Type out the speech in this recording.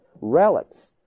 Relics